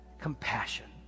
compassion